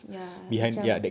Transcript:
ya macam